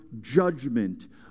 judgment